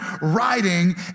writing